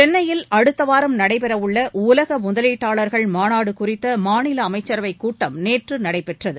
சென்னையில் அடுத்த வாரம் நடைபெற உள்ள உலக முதலீட்டாளர்கள் மாநாடு குறித்த மாநில அமைச்சரவைக் கூட்டம் நேற்று நடைபெற்றது